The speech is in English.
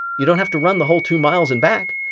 you don't have to run the whole two miles and back.